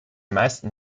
meisten